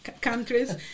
countries